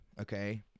okay